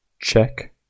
check